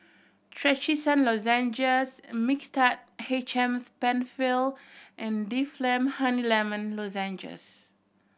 Trachisan Lozenges Mixtard H M Penfill and Difflam Honey Lemon Lozenges